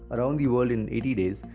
around the world in eighty days,